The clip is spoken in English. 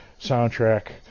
soundtrack